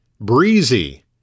breezy